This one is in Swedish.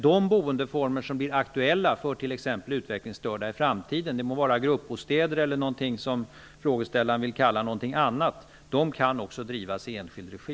De boendeformer som i framtiden blir aktuella för t.ex. utvecklingsstörda -- det må vara gruppbostäder eller någonting som frågeställaren vill kalla någonting annat -- kan också drivas i enskild regi.